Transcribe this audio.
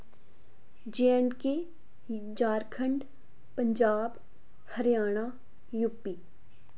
J and K Jharkhand Punjab Haryana UP